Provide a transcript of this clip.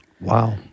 Wow